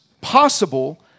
possible